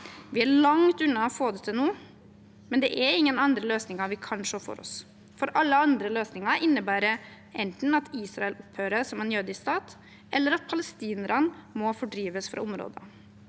Vi er langt unna å få det til nå, men det er ingen andre løsninger vi kan se for oss, for alle andre løsninger innebærer enten at Israel opphører som en jødisk stat, eller at palestinerne må fordrives fra områder.